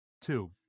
two